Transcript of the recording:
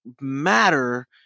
matter